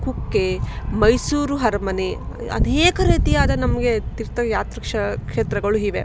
ಕುಕ್ಕೆ ಮೈಸೂರು ಅರಮನೆ ಅನೇಕ ರೀತಿಯಾದ ನಮಗೆ ತೀರ್ಥಯಾತ್ರೆ ಕ್ಷ ಕ್ಷೇತ್ರಗಳು ಇವೆ